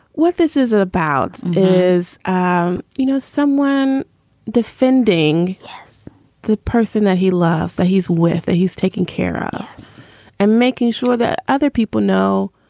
what this is about is, ah you know, someone defending the person that he loves that he's with and he's taking care of and making sure that other people know,